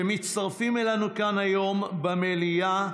שמצטרפים אלינו כאן, היום, במליאה.